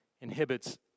inhibits